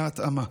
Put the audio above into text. בהתאמה.